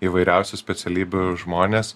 įvairiausių specialybių žmonės